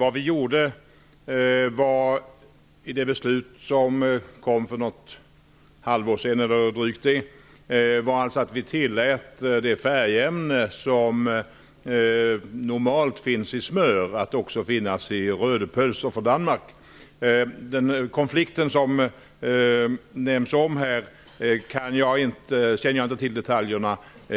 Herr talman! Genom det beslut som vi fattade för drygt ett halvår sedan blev det färgämne som normalt finns i smör tillåtet att finnas också i rödepölser från Danmark. Jag känner inte till detaljerna kring den konflikt